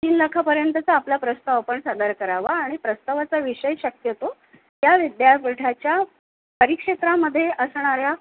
तीन लाखापर्यंतचा आपला प्रस्ताव आपण सादर करावा आणि प्रस्तावाचा विषय शक्यतो त्या विद्यापीठाच्या परीक्षेत्रामध्ये असणाऱ्या